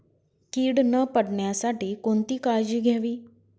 कीड न पडण्यासाठी कोणती काळजी घ्यावी?